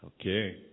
Okay